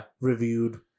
reviewed